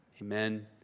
Amen